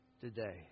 today